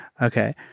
Okay